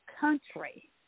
country